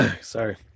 Sorry